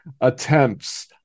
attempts